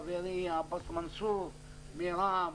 חברי עבאס מנסור מרע"ם,